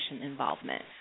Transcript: involvement